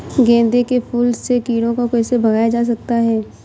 गेंदे के फूल से कीड़ों को कैसे भगाया जा सकता है?